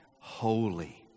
holy